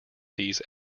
these